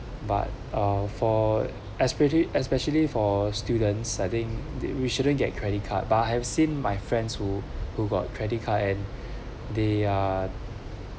but uh for especially especially for students I think that we shouldn't get credit card but I have seen my friends who who got credit card and they are